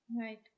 right